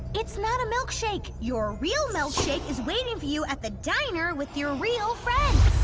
it's not a milkshake! your real milkshake is waiting for you at the diner with your real friends.